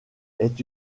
est